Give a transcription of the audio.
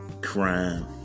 Crime